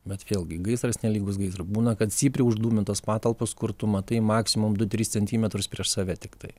bet vėlgi gaisras nelygus gaisrui būna kad stipriai uždūmintos patalpos kur tu matai maksimum du tris centimetrus prieš save tiktai